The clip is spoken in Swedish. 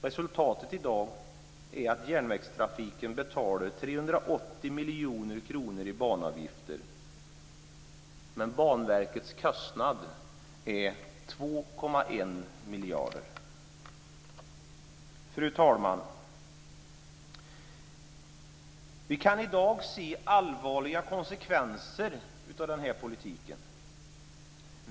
Resultatet i dag är att järnvägstrafiken betalar 380 miljoner kronor i banavgifter, medan Banverkets kostnad är 2,1 miljarder. Fru talman! Vi kan i dag se allvarliga konsekvenser av den här politiken.